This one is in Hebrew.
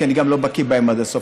אני גם לא בקי בהם עד הסוף.